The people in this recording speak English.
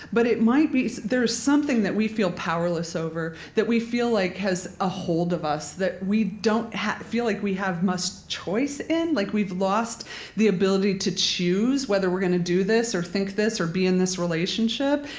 but it might be there's something that we feel powerless over, that we feel like has a hold of us, that we don't feel like we have much choice in, like we've lost the ability to choose whether we're going to do this, or think this, or be in this relationship,